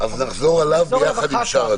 ונחזור אליו אחר כך,